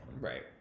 Right